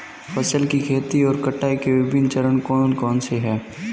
फसल की खेती और कटाई के विभिन्न चरण कौन कौनसे हैं?